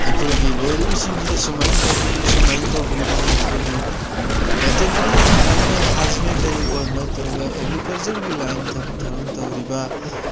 ꯑꯩꯈꯣꯏꯒꯤ ꯂꯣꯏꯔꯤꯕꯁꯤꯡꯁꯤꯗ ꯁꯨꯃꯥꯏꯅ ꯇꯧꯕꯤꯌꯨ ꯁꯨꯃꯥꯏꯅ ꯇꯧꯕꯤꯌꯨ ꯑꯅ ꯑꯩꯈꯣꯏꯒꯤ ꯑꯩꯈꯣꯏ veterinary and animal husbandry or ꯅꯠꯇ꯭ꯔꯒ ꯑꯦꯒ꯭ꯔꯤꯀꯜꯆꯔꯒꯤ ꯂꯥꯏꯟꯗ ꯊꯕꯛ ꯊꯧꯔꯝ ꯇꯧꯔꯤꯕ